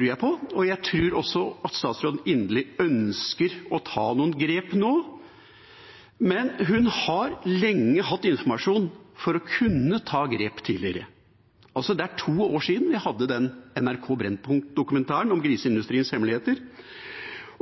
jeg på, og jeg tror også at statsråden inderlig ønsker å ta noen grep nå, men hun har lenge hatt informasjon for å kunne ta grep tidligere. Det er altså to år siden vi hadde NRK Brennpunkt-dokumentaren «Griseindustriens hemmeligheter».